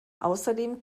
außerdem